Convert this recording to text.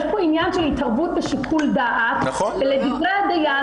יש פה עניין של התערבות בשיקול דעת ולדברי הדיין